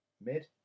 mid